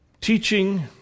teaching